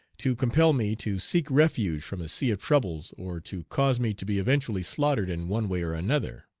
to compel me to seek refuge from a sea of troubles, or to cause me to be eventually slaughtered in one way or another.